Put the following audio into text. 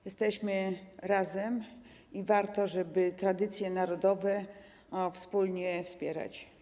Jesteśmy razem i warto, żeby tradycje narodowe wspólnie wspierać.